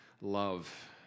love